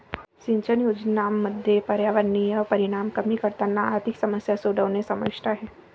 सिंचन योजनांमध्ये पर्यावरणीय परिणाम कमी करताना आर्थिक समस्या सोडवणे समाविष्ट आहे